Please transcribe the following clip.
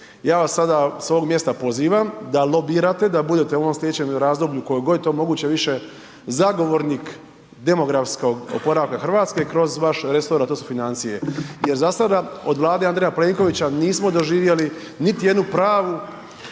Ja vas sada s ovog mjesta pozivam da lobirate, da budete u ovom sljedećem razdoblju koliko je god je to moguće više zagovornik demografskog oporavka Hrvatske kroz vaš resor, a to su financije jer za sada od Vlade Andreja Plenkovića nismo doživjeli niti jednu pravu